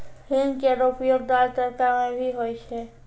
हींग केरो उपयोग दाल, तड़का म भी होय छै